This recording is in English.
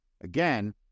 Again